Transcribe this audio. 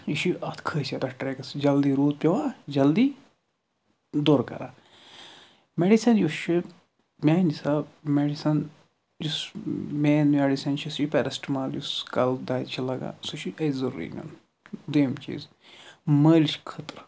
یہِ چھُ اَتھ خٲصیت اتھ ٹرٛیکَس جلدی روٗد پٮ۪وان جلدی دوٚر کران میٚڈِسَن یُس چھُ میٛانہِ حِساب میٚڈِسَن یُس مین میٚڈِسَن چھُ سُہ چھُ پیرسٹمال یُس کَلہٕ دادِ چھِ لگان سُہ چھُ اَسہِ ضٔروٗری نیُن دوٚیِم چیٖز مٲلِش خٲطرٕ